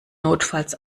notfalls